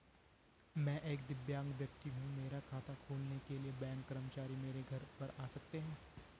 मैं एक दिव्यांग व्यक्ति हूँ मेरा खाता खोलने के लिए बैंक कर्मचारी मेरे घर पर आ सकते हैं?